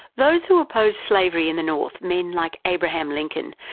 those who opposed slavery in the north, men like abraham lincoln,